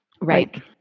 right